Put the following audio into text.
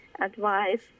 advice